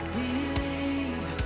believe